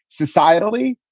societally,